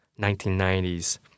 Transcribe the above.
1990s